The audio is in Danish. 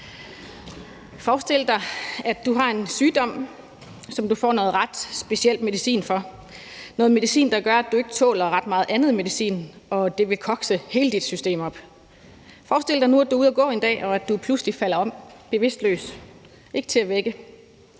Forestil dig, at du har en sygdom, som du får noget ret speciel medicin for, noget medicin, der gør, at du ikke tåler ret meget andet medicin, og at det vil give koks i hele dit system. Forestil dig nu, at du er ude at gå en dag, og at du pludselig falder bevidstløs om, og at du ikke